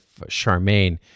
Charmaine